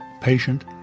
patient